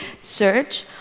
search